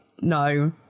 no